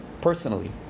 personally